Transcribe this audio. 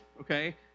okay